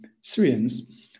Syrians